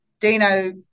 Dino